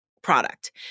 product